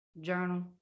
journal